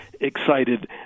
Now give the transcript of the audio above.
excited